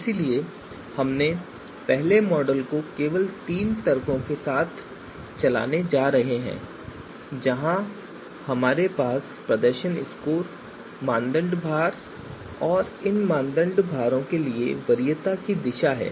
इसलिए हम पहले मॉडल को केवल तीन तर्कों के साथ चलाने जा रहे हैं जहां हमारे पास प्रदर्शन स्कोर मानदंड भार और इन मानदंडों के लिए वरीयता दिशा है